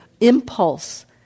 impulse